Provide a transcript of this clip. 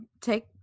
take